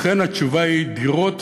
לכן התשובה היא: דירות,